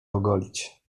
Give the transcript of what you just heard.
ogolić